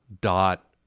dot